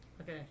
Okay